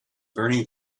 burning